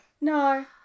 No